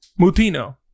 Mutino